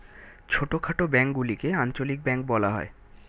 ছোটখাটো ব্যাঙ্কগুলিকে আঞ্চলিক ব্যাঙ্ক বলা হয়